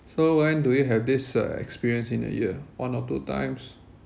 so when do you have this uh experience in a year one or two times